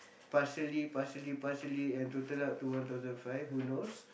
partially partially partially and total up to one thousand five who knows